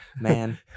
man